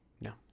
No